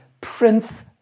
Prince